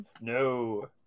No